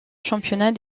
championnat